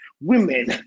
women